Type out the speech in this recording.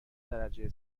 درجه